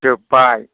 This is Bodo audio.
जोबबाय